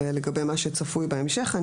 ולגבי מה שצפוי בהמשך,